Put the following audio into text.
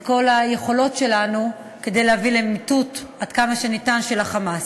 תימשך ונמצה את כל היכולות שלנו כדי להביא למיטוט של ה"חמאס"